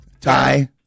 tie